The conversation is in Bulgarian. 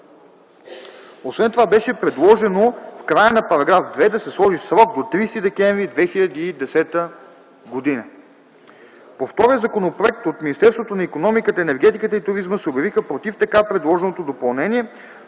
Освен това беше предложено в края на § 2 да се сложи срок до 30 декември 2010 г. По втория законопроект от Министерството на икономиката, енергетиката и туризма се обявиха против така предложеното допълнение.